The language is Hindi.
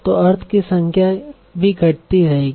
तो अर्थ की संख्या भी घटती रहेगी